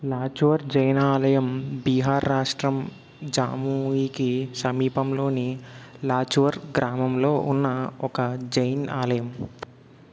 లాచువర్ జైన్ ఆలయం బీహార్ రాష్ట్రం జమూయీకి సమీపంలోని లాచువర్ గ్రామంలో ఉన్న ఒక జైన్ ఆలయం